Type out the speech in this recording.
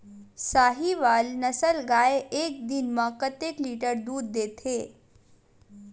साहीवल नस्ल गाय एक दिन म कतेक लीटर दूध देथे?